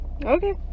Okay